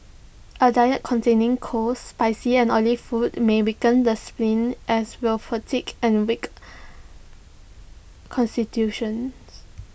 A diet containing cold spicy and oily food may weaken the spleen as will fatigue and A weak Constitution